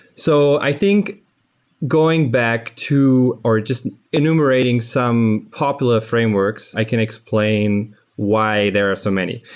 so i think going back to or just enumerating some popular frameworks, i can explain why there are so many.